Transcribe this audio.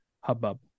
hubbub